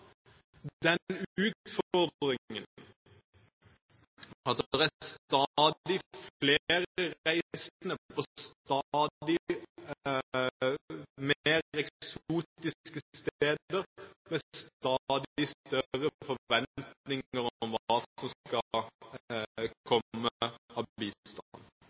på stadig mer eksotiske steder med stadig større forventninger om hva som skal